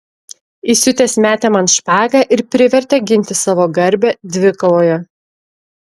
įsiutęs metė man špagą ir privertė ginti savo garbę dvikovoje